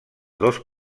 dos